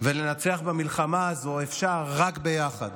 ולנצח במלחמה הזו אפשר רק ביחד.